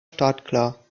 startklar